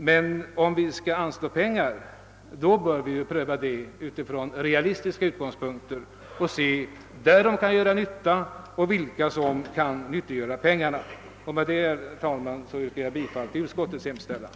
Men om vi skall anslå pengar bör vi utifrån realistiska utgångspunkter göra en prövning av vilka som bäst kan nyttiggöra pengarna. Jag yrkar bifall till utskottets hemställan.